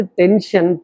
tension